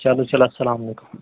چلو چلو اَسلام علیکُم